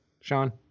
sean